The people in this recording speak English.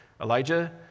Elijah